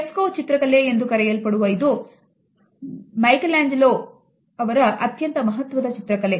Fresco ಚಿತ್ರಕಲೆ ಎಂದು ಕರೆಯಲ್ಪಡುವ ಇದು ಮೈಕೆಲ್ಯಾಂಜೆಲೊರವರ ಅತ್ಯಂತ ಮಹತ್ವದ ಚಿತ್ರಕಲೆ